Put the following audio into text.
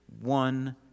one